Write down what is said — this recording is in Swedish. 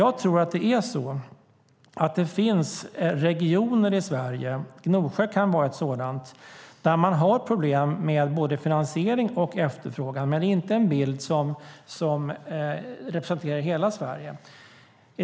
Jag tror att det finns regioner i Sverige - Gnosjö kan vara en sådan - där man har problem med både finansiering och efterfrågan, men den bilden är inte representativ för hela Sverige.